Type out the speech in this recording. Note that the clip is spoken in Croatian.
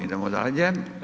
Idemo dalje.